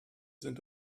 sind